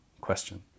question